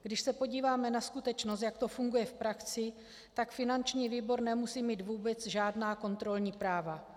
Když se podíváme na skutečnost, jak to funguje v praxi, tak finanční výbor nemusí mít vůbec žádná kontrolní práva.